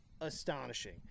astonishing